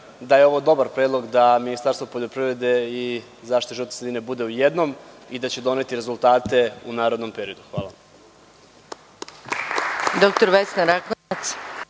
da je ovo dobar predlog da Ministarstvo poljoprivrede i zaštite životne sredine bude u jednom i da će doneti rezultate u narednom periodu. Hvala.